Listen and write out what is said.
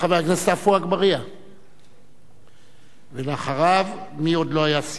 חבר הכנסת עפו אגבאריה, ואחריו, מי עוד לא היה?